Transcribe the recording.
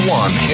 one